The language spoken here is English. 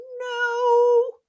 No